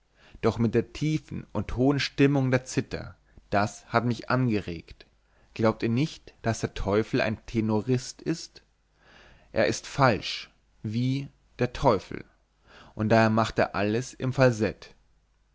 doch mit der tiefen und hohen stimmung der zither das hat mich angeregt glaubt ihr nicht daß der teufel ein tenorist ist er ist falsch wie der teufel und daher macht er alles im falsett